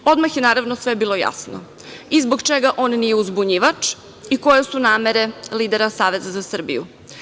Odmah je naravno sve bilo jasno i zbog čega on nije uzbunjivač i koje su namere lidera Saveza za Srbiju.